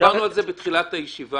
דיברנו על זה בתחילת הישיבה.